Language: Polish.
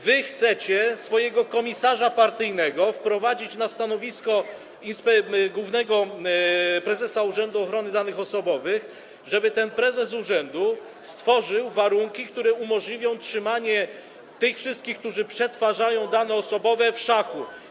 Wy chcecie swojego komisarza partyjnego wprowadzić na stanowisko prezesa Urzędu Ochrony Danych Osobowych, żeby ten prezes urzędu stworzył warunki, które umożliwią trzymanie tych wszystkich, którzy przetwarzają dane osobowe, w szachu.